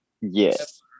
Yes